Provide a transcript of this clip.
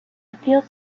field